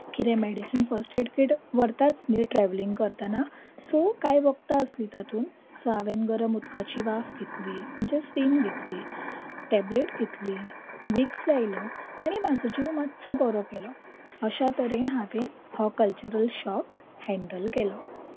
कितें medicine first aid kit व्हरताच न्ही ट्रॅवलिंग करतना सो कांय वखदां आसलीं तातूंत सो हांवेन गरम उदकाची वाफ घेतली म्हणजे स्टीम घेतली टॅबलेट घेतली विक्स लायलो आनी म्हाजो जीव मातसो बरो केलो अश्या तरेन हांवें हो क्लचरल शॉक हॅन्डल केलो